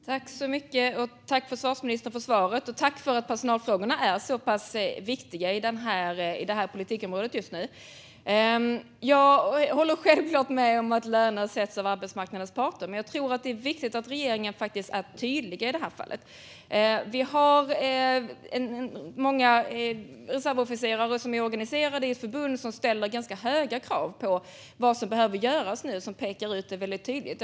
Herr talman! Tack, försvarsministern, för svaret, och tack för att personalfrågorna är så pass viktiga i det här politikområdet just nu! Jag håller självklart med om att löner sätts av arbetsmarknadens parter, men jag tror att det är viktigt att regeringen faktiskt är tydlig i det här fallet. Många reservofficerare är organiserade i ett förbund som ställer ganska höga krav på vad som behöver göras nu och som pekar ut det väldigt tydligt.